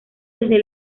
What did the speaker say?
desde